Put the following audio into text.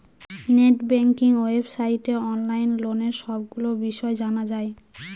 net banking ওয়েবসাইটে online লোনের সবগুলো বিষয় জানা যায়